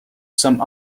some